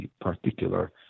particular